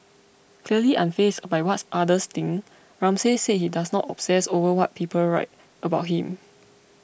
clearly unfazed by what others think Ramsay said he does not obsess over what people write about him